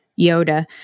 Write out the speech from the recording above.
Yoda